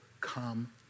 come